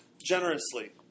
generously